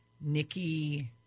Nikki